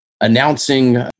Announcing